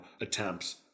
attempts